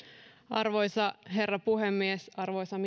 arvoisa herra puhemies arvoisat